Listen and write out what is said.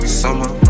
summer